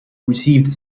received